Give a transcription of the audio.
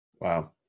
wow